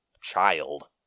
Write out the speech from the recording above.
child